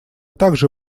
также